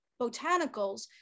botanicals